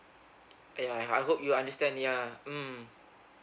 yeah I hope you understand yeah mm